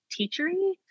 Teachery